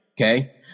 Okay